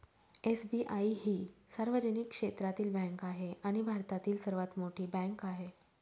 SBI ही सार्वजनिक क्षेत्रातील बँक आहे आणि भारतातील सर्वात मोठी बँक आहे